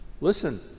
Listen